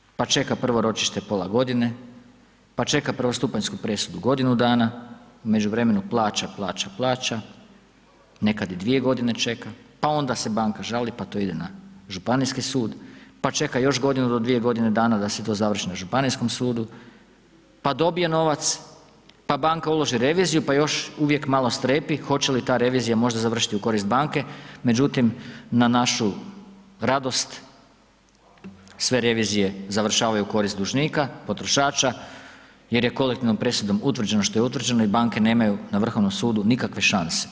Čovjek tuži, pa čeka prvo ročište pola godine, pa čeka prvostupanjsku presudu godinu dana, u međuvremenu plaća, plaća, plaća, nekad i dvije godine čeka, pa onda se banka žali, pa to ide na Županijski sud, pa čeka još godinu do dvije godine dana da se to završi na Županijskom sudu, pa dobije novac, pa banka uloži reviziju, pa još uvijek malo strepi hoće li možda ta revizija možda završit u korist banke, međutim na našu radost sve revizije završavaju u korist dužnika, potrošača jer je kolektivnom presudom utvrđeno što je utvrđeno i banke nemaju na Vrhovnom sudu nikakve šanse.